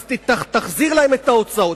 אז תחזיר להם את ההוצאות.